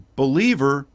believer